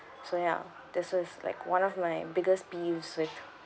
so ya this is like one of my biggest peeves with